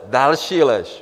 Další lež.